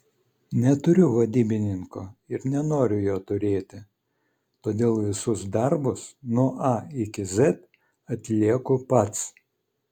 neturiu vadybininko ir nenoriu jo turėti todėl visus darbus nuo a iki z atlieku pats